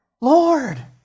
Lord